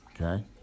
okay